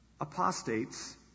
Apostates